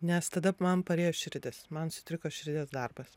nes tada man parėjo širdis man sutriko širdies darbas